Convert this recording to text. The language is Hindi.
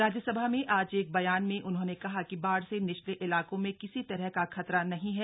राज्यसभा में आज एक बयान में उन्होंने कहा कि बाढ़ से निचले इलाकों में किसी तरह का खतरा नहीं है